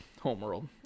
Homeworld